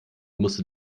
musste